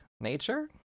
Nature